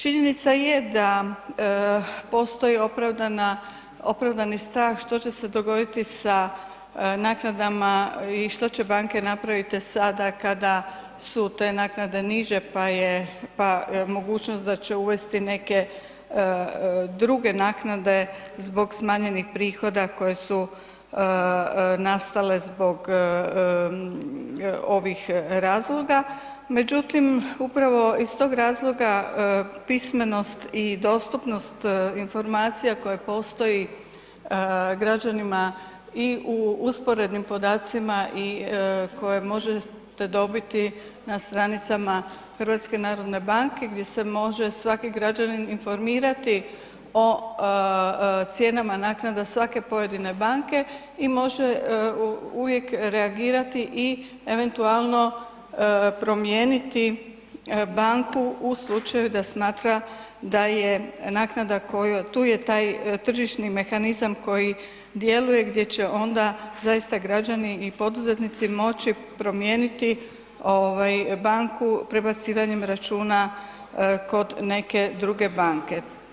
Činjenica je da postoji opravdana, opravdani strah što će se dogoditi sa naknadama i što će banke napraviti sada kada su te naknade niže pa mogućnost da će uvest neke druge naknade zbog smanjenih prihoda koje su nastale zbog ovih razloga, međutim upravo iz tog razloga pismenost i dostupnost informacija koje postoji građanima i u usporednim podacima i koje možete dobiti na stranicama HNB-a gdje se može svaki građanin informirati o cijenama naknada svake pojedine banke i može uvijek reagirati i eventualno promijeniti banku u slučaju da smatra da je naknada koja, tu je taj tržišni mehanizam koji djeluje gdje će onda zaista građani i poduzetnici moći promijeniti ovaj banku prebacivanjem računa kod neke druge banke.